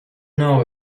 know